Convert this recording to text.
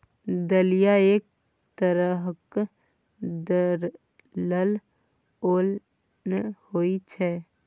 दलिया एक तरहक दरलल ओन होइ छै